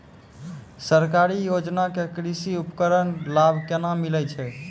सरकारी योजना के कृषि उपकरण लाभ केना मिलै छै?